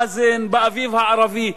באבו מאזן, באביב הערבי.